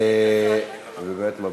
ובאמת מברוכ.